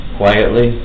quietly